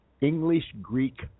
English-Greek